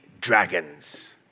dragons